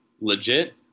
legit